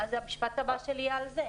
המשפט הבא שלי יהיה על זה.